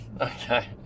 Okay